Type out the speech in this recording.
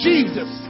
Jesus